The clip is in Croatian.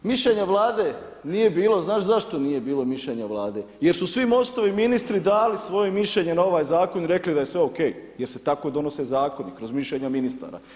Mišljenja Vlada nije bilo, znaš zašto nije bilo mišljenje Vlade jer su svi MOST-ovi ministri dali svoje mišljenje na ovaj zakon i rekli da je sve o.k. jer se tako donose zakoni kroz mišljenja ministara.